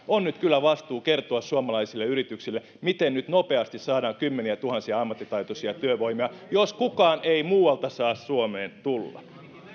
on nyt kyllä vastuu kertoa suomalaisille yrityksille miten nyt nopeasti saadaan kymmeniätuhansia ammattitaitoista työvoimaa jos kukaan ei muualta saa suomeen tulla